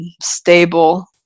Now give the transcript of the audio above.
stable